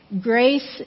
grace